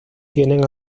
tienen